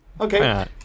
Okay